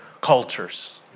cultures